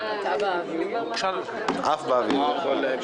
הנושא שלפנינו